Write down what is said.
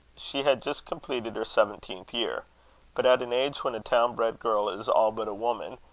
she had just completed her seventeenth year but, at an age when a town-bred girl is all but a woman,